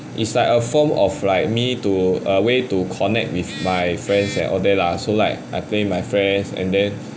it's like a form of like me to a way to connect with my friends and all that lah so like I play with my friends and then